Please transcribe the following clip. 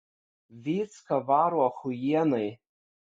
vycka varo achujienai